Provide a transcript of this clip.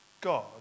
God